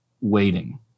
waiting